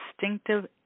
distinctive